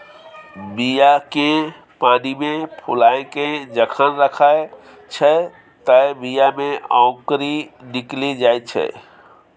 बीया केँ पानिमे फुलाए केँ जखन राखै छै तए बीया मे औंकरी निकलि जाइत छै